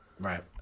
right